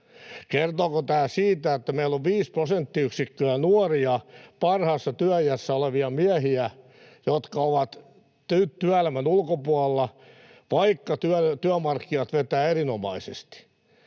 Kertooko tämä siitä, että meillä on viisi prosenttiyksikköä nuoria, parhaassa työiässä olevia miehiä, jotka ovat työelämän ulkopuolella, vaikka työmarkkinat vetävät erinomaisesti?